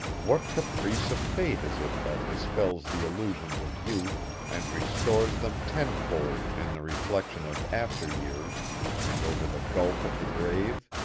what caprice of fate is it that dispels the illusions of youth and restores them tenfold in the reflection of after years and over the gulf of the grave?